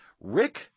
Rick